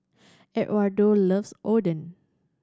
Edwardo loves Oden